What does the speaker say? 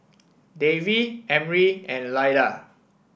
Davy Emry and Lyda